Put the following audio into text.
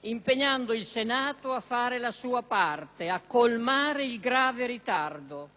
impegnando il Senato a fare la sua parte, a colmare il grave ritardo,